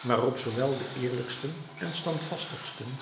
waarop zoowel de eerlijksten en standvastigsten